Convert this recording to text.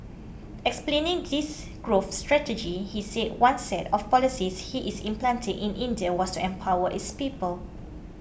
explaining this growth strategy he said one set of policies he is implanting in India was to empower its people